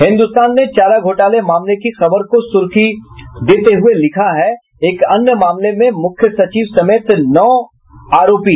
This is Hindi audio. हिन्दुस्तान ने चारा घोटाला मामले की खबर को सुर्खी देते हुये लिखा है एक अन्य मामले में मुख्य सचिव समेत नौ आरोपी